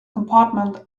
compartment